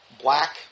black